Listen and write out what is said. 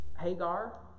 Hagar